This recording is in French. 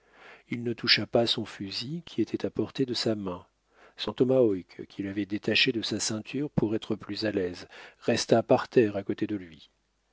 il ne toucha pas son fusil qui était à portée de sa main son tomahawk qu'il avait détaché de sa ceinture pour être plus à l'aise resta par terre à côté de lui